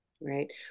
right